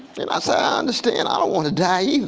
and i say i understand. i don't want to die either,